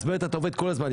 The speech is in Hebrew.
אתה עובד כול הזמן.